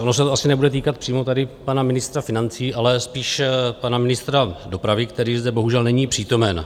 Ono se to asi nebude týkat přímo tady pana ministra financí, ale spíš pana ministra dopravy, který zde bohužel není přítomen.